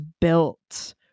built